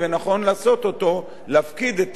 להפקיד את ההכרעה בסופו של דבר,